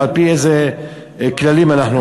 ועל-פי איזה כללים אנחנו עובדים.